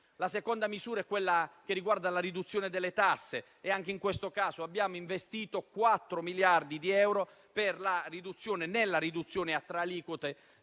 La seconda misura è quella che riguarda la riduzione delle tasse e anche in questo caso abbiamo investito 4 miliardi di euro nella riduzione a tre aliquote